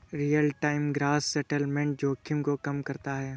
real time gross settlement जोखिम को कम करता है